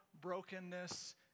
brokenness